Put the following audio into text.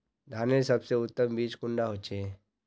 धानेर सबसे उत्तम बीज कुंडा होचए?